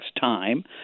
time